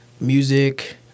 music